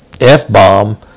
F-bomb